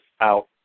out